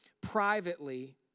privately